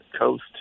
Coast